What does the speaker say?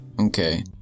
Okay